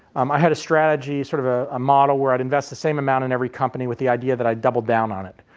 um i had a strategy, sort of ah a model where i'd invest the same amount in every company with the idea that i'd double down on it.